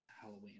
Halloween